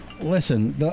listen